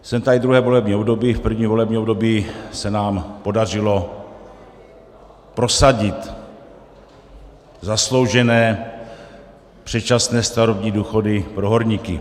Jsem tady druhé volební období, v prvním volebním období se nám podařilo prosadit zasloužené předčasné starobní důchody pro horníky.